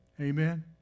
Amen